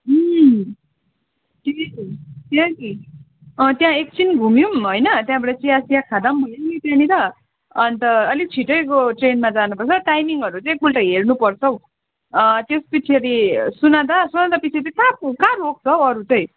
त्यही त्यही त्यहाँ एकछिन घुमौँ होइन त्यहाँबाट चियासिया खाँदा पनि भयो नि त्यहाँनिर अन्त अलिक छिटैको ट्रेनमा जानुपर्छ टाइमिङहरू चाहिँ एकपल्ट हेर्नुपर्छ हौ त्यसपछाडि सोनादा सोनादापछि फेरि कहाँ कहाँ रोक्छ हौ अरू चाहिँ